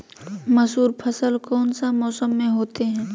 मसूर फसल कौन सा मौसम में होते हैं?